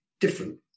different